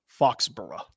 Foxborough